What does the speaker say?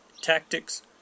tactics